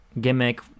gimmick